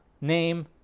name